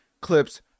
clips